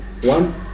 One